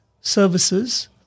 services